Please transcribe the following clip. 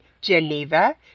Geneva